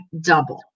double